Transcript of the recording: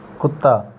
ਕੁੱਤਾ